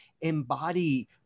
embody